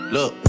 Look